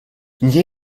nie